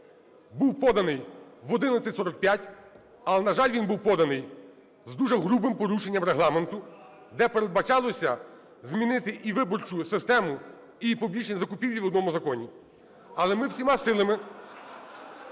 був поданий в 11:45, але, на жаль, він був поданий з дуже грубим порушенням Регламенту, де передбачалося змінити і виборчу систему, і публічні закупівлі в одному законі. Але ми всіма силами…